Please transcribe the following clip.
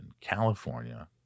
California